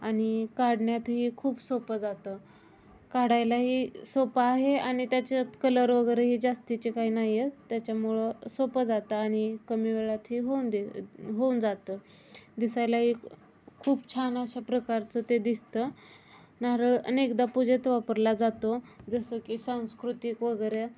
आणि काढण्यातही खूप सोपं जातं काढायलाही सोपं आहे आणि त्याच्यात कलर वगैरेही जास्तीचे काही नाही आहेत त्याच्यामुळं सोपं जातं आणि कमी वेळातही होऊन दे होऊन जातं दिसायलाही खूप छान अशा प्रकारचं ते दिसतं नारळ अनेकदा पूजेत वापरला जातो जसं की सांस्कृतिक वगैरे